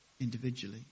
individually